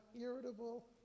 irritable